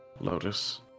Lotus